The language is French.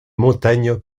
montagnes